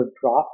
drop